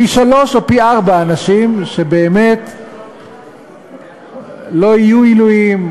פי-שלושה או פי-ארבעה אנשים שבאמת לא יהיו עילויים,